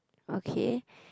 okay